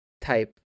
type